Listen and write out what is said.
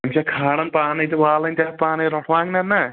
یِمہٕ چھ کھالان پانے تہٕ والان تہِ پانے رٲٹھۍوانٛگن نا